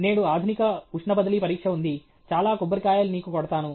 నేడు ఆధునిక ఉష్ణ బదిలీ పరీక్ష ఉంది చాలా కొబ్బరికాయలు నీకు కొడతాను